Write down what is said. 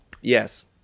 Yes